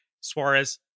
Suarez